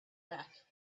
back